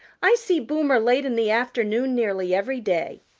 i see boomer late in the afternoon nearly every day.